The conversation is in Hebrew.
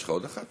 יש לך עוד אחת?